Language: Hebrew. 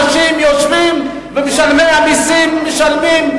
אותם אנשים יושבים ומשלמי המסים משלמים,